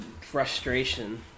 frustration